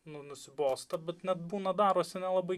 nu nusibosta bet net nebūna darosi nelabai